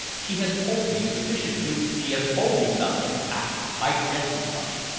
she has told me sufficient to she has told you something! ah! i guessed as much.